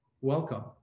welcome